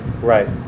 Right